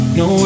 no